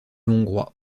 hongrois